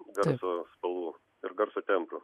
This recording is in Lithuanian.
garso spalvų ir garso tembrų